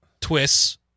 twists